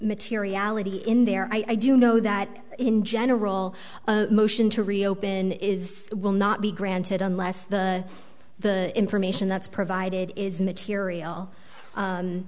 materiality in there i do know that in general a motion to reopen is will not be granted unless the the information that's provided is material